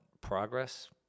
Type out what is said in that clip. progress